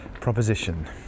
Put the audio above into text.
proposition